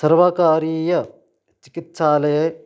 सर्वकारीय चिकित्सालये